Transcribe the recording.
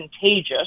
contagious